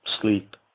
Sleep